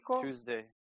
Tuesday